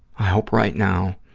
i hope right now